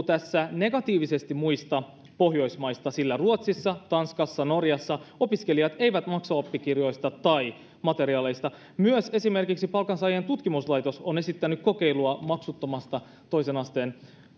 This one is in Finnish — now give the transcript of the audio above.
tässä negatiivisesti muista pohjoismaista sillä ruotsissa tanskassa ja norjassa opiskelijat eivät maksa oppikirjoista tai materiaaleista myös esimerkiksi palkansaajien tutkimuslaitos on esittänyt kokeilua maksuttomasta toisen asteen